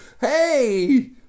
Hey